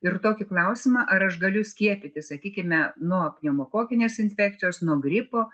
ir tokį klausimą ar aš galiu skiepytis sakykime nuo pneumokokinės infekcijos nuo gripo